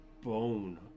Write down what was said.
bone